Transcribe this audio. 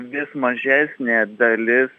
vis mažesnė dalis